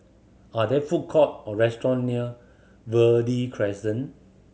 are there food court or restaurant near Verde Crescent